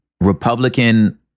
Republican